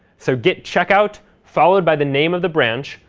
so git checkout, followed by the name of the branch,